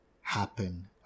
happen